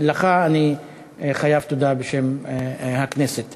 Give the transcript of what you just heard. לך אני חייב תודה בשם הכנסת.